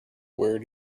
where